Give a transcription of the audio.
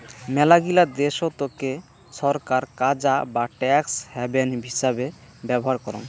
মেলাগিলা দেশতকে ছরকার কাজা বা ট্যাক্স হ্যাভেন হিচাবে ব্যবহার করং